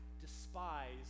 despise